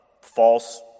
false